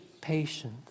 patient